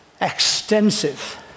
extensive